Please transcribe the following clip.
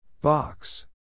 Box